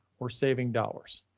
we're saving dollars.